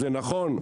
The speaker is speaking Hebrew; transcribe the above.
זה נכון,